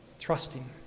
trusting